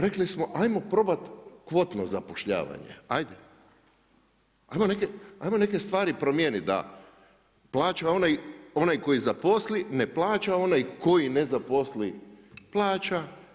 Ok, rekli smo 'ajmo probat kvotno zapošljavanje, ajde, 'ajmo neke stvari promijeniti da plaća onaj koji zaposli ne plaća onaj koji ne zaposli plaća.